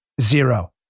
zero